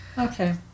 Okay